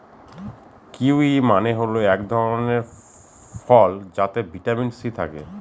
kiwi মানে হল এক ধরনের ফল যাতে ভিটামিন সি থাকে